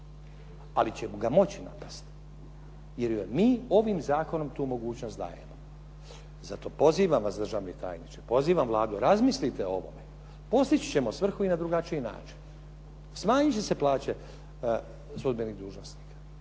Ali će ga moći napast jer joj mi ovim zakonom tu mogućnost dajemo. Zato pozivam vas državni tajniče, pozivam Vladu, razmislite o ovome. Postići ćemo svrhu i na drugačiji način. Smanjiti će se plaće sudbenih dužnosnika,